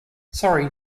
sorry